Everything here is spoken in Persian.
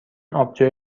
آبجو